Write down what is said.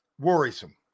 worrisome